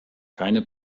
keine